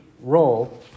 role